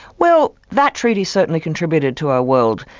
well that treaty certainly contributed to our world.